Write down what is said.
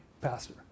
pastor